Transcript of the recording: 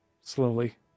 slowly